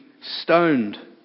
stoned